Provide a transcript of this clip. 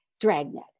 dragnet